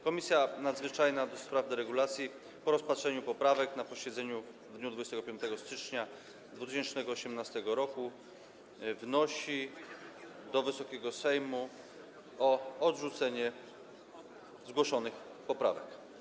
Komisja Nadzwyczajna do spraw deregulacji po rozpatrzeniu poprawek na posiedzeniu w dniu 25 stycznia 2018 r. wnosi do Wysokiego Sejmu o odrzucenie zgłoszonych poprawek.